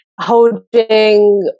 holding